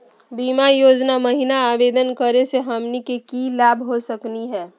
बीमा योजना महिना आवेदन करै स हमनी के की की लाभ हो सकनी हे?